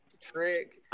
trick